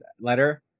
letter